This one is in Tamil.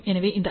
எனவே இந்த ஐ